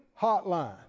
hotline